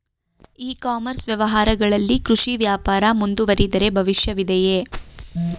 E commerce ವ್ಯವಹಾರಗಳಲ್ಲಿ ಕೃಷಿ ವ್ಯಾಪಾರ ಮುಂದುವರಿದರೆ ಭವಿಷ್ಯವಿದೆಯೇ?